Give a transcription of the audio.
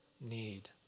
need